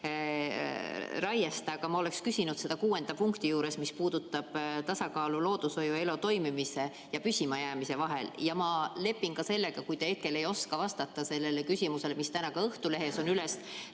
raie kohta, aga ma oleksin küsinud seda kuuenda punkti juures, mis puudutab tasakaalu loodushoiu toimimise ja püsimajäämise vahel. Ja ma lepin sellega, kui te hetkel ei oska vastata sellele küsimusele, mis on täna ka Õhtulehes üles